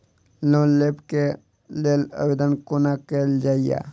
Loan लेबऽ कऽ लेल आवेदन कोना कैल जाइया?